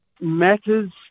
matters